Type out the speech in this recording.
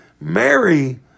Mary